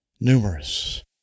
numerous